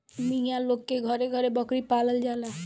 मिया लोग के घरे घरे बकरी पालल जाला